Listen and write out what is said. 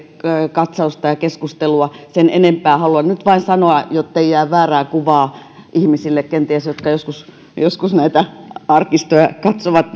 katsausta ja keskustelua sen enempää haluan nyt vain sanoa sen jottei jää väärää kuvaa ihmisille jotka kenties joskus näitä arkistoja katsovat